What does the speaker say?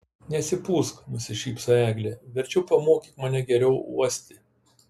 nesipūsk nusišypsojo eglė verčiau pamokyk mane geriau uosti